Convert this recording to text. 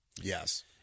Yes